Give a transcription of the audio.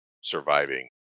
surviving